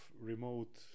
remote